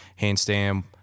handstand